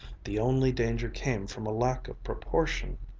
the only danger came from a lack of proportion.